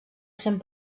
cent